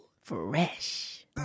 Fresh